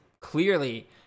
clearly